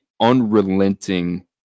unrelenting